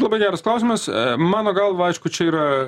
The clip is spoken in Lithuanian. labai geras klausimas mano galva aišku čia yra